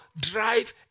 drive